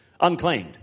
unclaimed